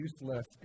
useless